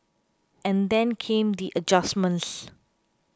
and then came the adjustments